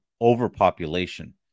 overpopulation